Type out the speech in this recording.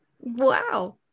Wow